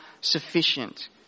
sufficient